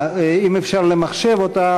אם אפשר למחשב אותה,